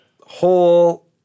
whole